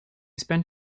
spent